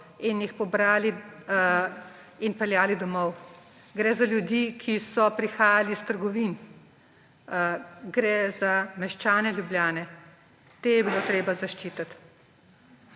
in jih pobrali in peljali domov. Gre za ljudi, ki so prihajali iz trgovin. Gre za meščane Ljubljane, te je bilo treba zaščititi.